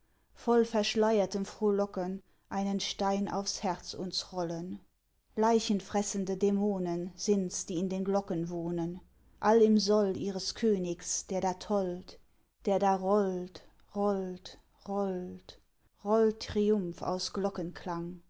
voll verschleiertem frohlocken einen stein aufs herz uns rollen leichenfressende dämonen sind's die in den glocken wohnen all im sold ihres königs der da tollt der da rollt rollt rollt rollt triumph aus glockenklang